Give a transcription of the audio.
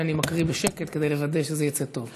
אני מקריא בשקט כדי לוודא שזה יצא טוב.